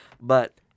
But-